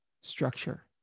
structure